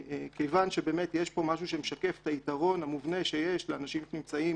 כיוון שיש פה משהו שמשקף את היתרון המובנה שיש לאנשים שנמצאים